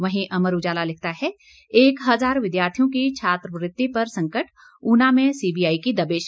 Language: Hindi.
वहीं अमर उजाला लिखता है एक हजार विद्यार्थियों की छात्रवृति पर संकट ऊना में सीबीआई की दबिश